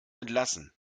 entlassen